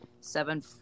seven